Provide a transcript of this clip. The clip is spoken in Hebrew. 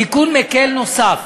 תיקון מקל נוסף